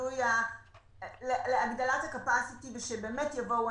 להגדלת ה-capacity של האנשים,